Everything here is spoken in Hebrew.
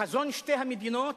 חזון שתי המדינות